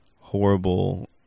horrible